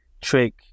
trick